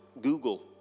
Google